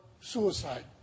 suicide